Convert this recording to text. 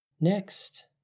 Next